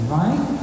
right